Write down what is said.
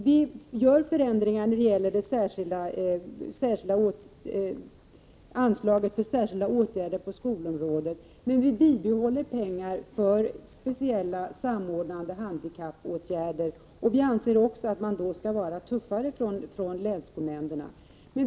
Vi gör förändringar när det gäller anslaget för särskilda åtgärder på skolområdet, men vi bibehåller pengarna för speciella, samordnade handikappåtgärder. Vi anser också att länsskolnämnderna på den här punkten skall vara tuffare.